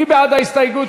מי בעד ההסתייגויות?